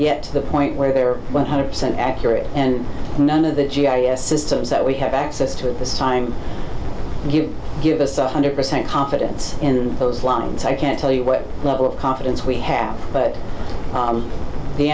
yet to the point where they are one hundred percent accurate and none of the g i s systems that we have access to at this time give give us one hundred percent confidence in those lines i can't tell you what level of confidence we have but